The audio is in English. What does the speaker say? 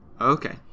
Okay